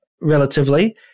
relatively